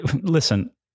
listen